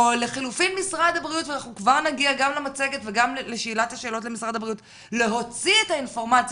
או לחילופין משרד הבריאות להוציא את האינפורמציה